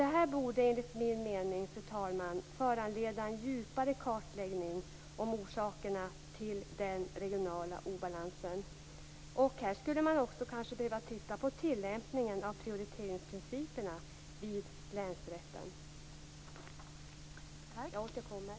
Det här borde, fru talman, enligt min mening föranledas en djupare kartläggning av orsakerna till den regionala obalansen. Här skulle man kanske också behöva titta på länsrättens tillämpning av prioriteringsprinciperna. Jag återkommer.